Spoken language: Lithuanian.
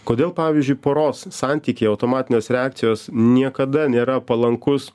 kodėl pavyzdžiui poros santykyje automatinės reakcijos niekada nėra palankus